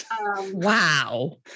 wow